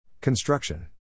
Construction